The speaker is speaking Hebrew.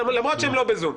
למרות שהם לא בזום.